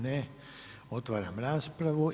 Ne, otvaram raspravu.